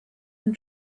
and